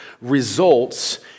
results